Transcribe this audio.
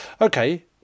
Okay